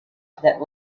that